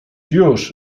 już